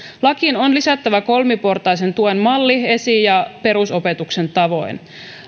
lakiin on lisättävä kolmiportaisen tuen malli esi ja perusopetuksen tavoin